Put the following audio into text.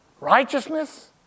righteousness